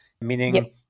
meaning